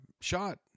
shot